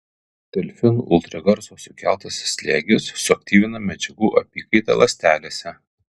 delfinų ultragarso sukeltas slėgis suaktyvina medžiagų apykaitą ląstelėse